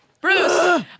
Bruce